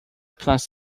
plans